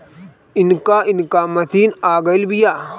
नइका नइका मशीन आ गइल बिआ